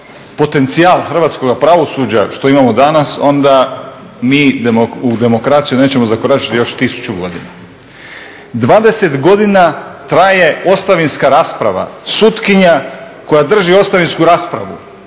potencijal Hrvatskoga pravosuđa što imamo danas, onda mi u demokraciju nećemo zakoračiti još 1000 godina. 20 godina traje ostavinska rasprava, sutkinja koja drži ostavinsku raspravu,